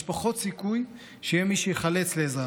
יש פחות סיכוי שיהיה מי שייחלץ לעזרה.